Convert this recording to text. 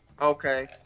Okay